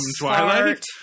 Twilight